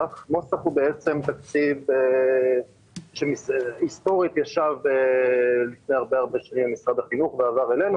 זה בעצם תקציב שהיסטורית ישב לפני הרבה שנים במשרד החינוך ועבר אלינו.